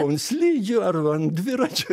ant slidžių arba ant dviračio